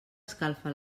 escalfa